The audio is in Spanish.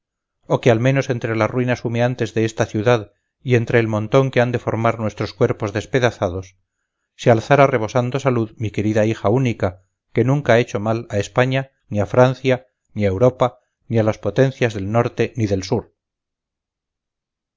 o que al menos entre las ruinas humeantes de esta ciudad y entre el montón que han de formar nuestros cuerpos despedazados se alzara rebosando salud mi querida hija única que nunca ha hecho mal a españa ni a francia ni a europa ni a las potencias del norte ni del sur